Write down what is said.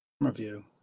review